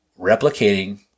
replicating